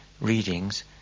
readings